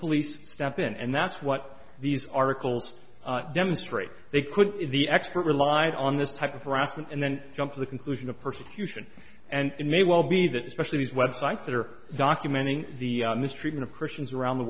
police step in and that's what these articles demonstrate they could if the expert relied on this type of harassment and then jump to the conclusion of persecution and it may well be that especially these web sites that are documenting the mistreatment of christians around the